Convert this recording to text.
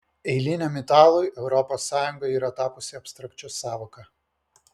eiliniam italui europos sąjunga yra tapusi abstrakčia sąvoka